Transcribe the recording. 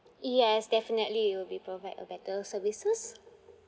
yes definitely it will be provide a better services